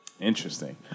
Interesting